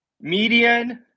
Median